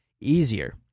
easier